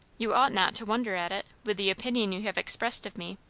you ought not to wonder at it, with the opinion you have expressed of me.